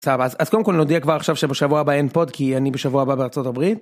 סבבה, אז קודם כל נודיע כבר עכשיו שבשבוע הבא אין פוד, כי אני בשבוע הבא בארה״ב.